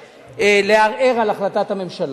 לערער על החלטת הממשלה.